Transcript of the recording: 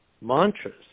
mantras